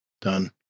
Done